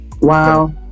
Wow